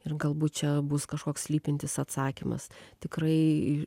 ir galbūt čia bus kažkoks slypintis atsakymas tikrai